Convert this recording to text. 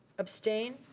abstained?